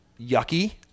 yucky